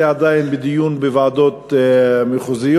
זה עדיין בדיון בוועדות המחוזיות,